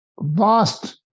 vast